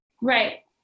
Right